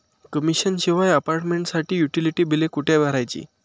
Commission शिवाय अपार्टमेंटसाठी utility बिले कुठे भरायची?